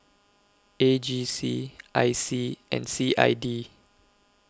A G C I C and C I D